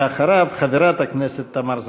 ואחריו, חברת הכנסת תמר זנדברג.